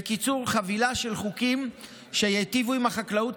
בקיצור, חבילה של חוקים שייטיבו עם החקלאות.